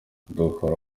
dukora